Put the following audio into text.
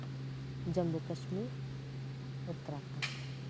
Jammu Kashmir Uttarakhand